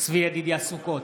צבי ידידיה סוכות,